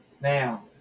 Now